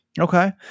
Okay